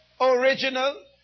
original